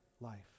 life